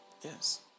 Yes